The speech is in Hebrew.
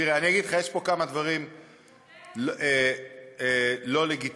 תראה, אני אגיד לך, יש פה כמה דברים לא לגיטימיים,